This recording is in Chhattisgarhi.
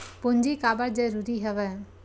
पूंजी काबर जरूरी हवय?